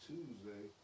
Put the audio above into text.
Tuesday